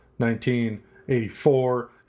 1984